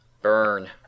burn